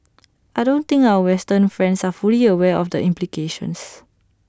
I don't think our western friends are fully aware of the implications